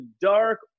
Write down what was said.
Dark